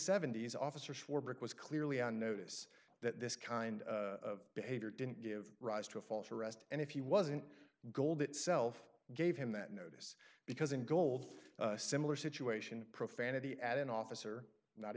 seventy's officer swarbrick was clearly on notice that this kind of behavior didn't give rise to a false arrest and if he wasn't gold itself gave him that notice because in gold a similar situation profanity at an officer not